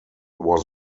was